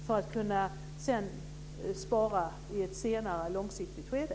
Sedan kan man spara i ett senare, långsiktigt skede.